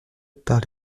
par